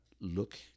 look